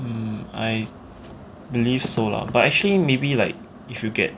mm I believe so lah but actually maybe like if you get